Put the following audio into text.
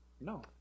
No